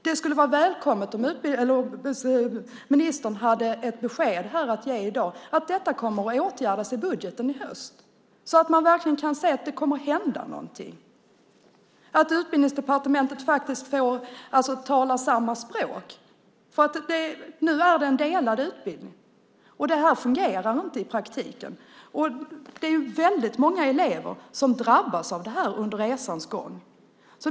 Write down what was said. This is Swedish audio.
Det skulle vara välkommet om ministern hade ett besked att ge i dag om att detta kommer att åtgärdas i budgeten i höst, så att man verkligen kan se att det kommer att hända någonting, att Utbildningsdepartementet talar samma språk. Nu är det en delad utbildning. Det fungerar inte i praktiken. Det är väldigt många elever som drabbas av det här under resans gång.